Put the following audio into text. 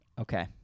Okay